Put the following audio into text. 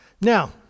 Now